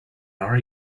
are